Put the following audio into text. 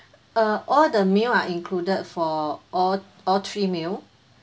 uh all the meals are included for all all three meal